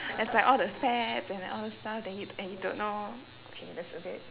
it's like all the fats and all those stuff then you and you don't know okay that's a bit